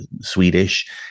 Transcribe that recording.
Swedish